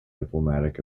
diplomatic